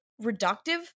reductive